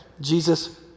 Jesus